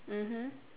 mmhmm